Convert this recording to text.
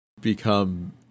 become